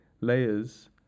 layers